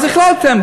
אז החלטתם,